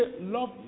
Love